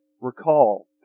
Recall